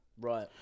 Right